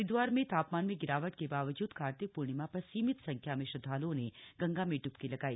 हरिद्वार में तापमान में गिरावट के बावजूद कार्तिक पूर्णिमा पर सीमित संख्या में श्रदधालुओं ने गंगा में इबकी लगाई